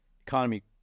Economy